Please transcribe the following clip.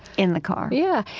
in the car yeah,